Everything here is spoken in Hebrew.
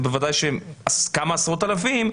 בוודאי שזה כמה עשרות אלפים,